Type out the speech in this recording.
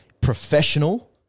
professional